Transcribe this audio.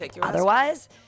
otherwise